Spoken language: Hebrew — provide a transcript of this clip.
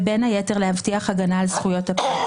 ובין היתר להבטיח הגנה על זכויות הפרט.